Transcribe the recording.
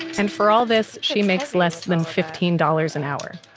and for all this, she makes less than fifteen dollars an hour.